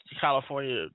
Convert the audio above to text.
California